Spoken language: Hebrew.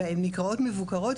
והם נקראות מבוקרות,